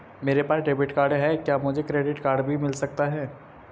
मेरे पास debit card है क्या मुझे क्रेडिट कार्ड भी मिल सकता है?